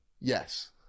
Yes